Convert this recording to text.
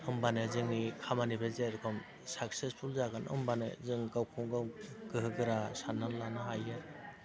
होनबानो जोंनि खामानि बे जाय रोखोम साक्सेसफुल जागोन होनबानो जों गावखौनो गाव गोहो गोरा साननानै लानो हायो आरो